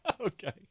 Okay